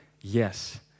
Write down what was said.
Yes